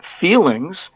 feelings